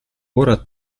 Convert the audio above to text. ora